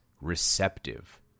receptive